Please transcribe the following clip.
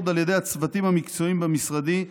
על ידי הצוותים המקצועיים במשרדי,